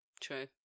true